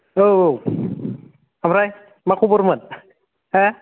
औ औ ओमफ्राय मा खबरमोन हा